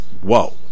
whoa